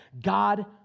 God